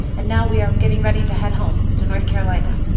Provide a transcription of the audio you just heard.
and now we are getting ready to head home to north carolina.